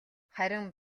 харин